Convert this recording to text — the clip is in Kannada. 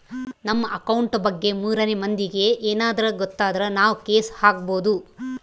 ನಮ್ ಅಕೌಂಟ್ ಬಗ್ಗೆ ಮೂರನೆ ಮಂದಿಗೆ ಯೆನದ್ರ ಗೊತ್ತಾದ್ರ ನಾವ್ ಕೇಸ್ ಹಾಕ್ಬೊದು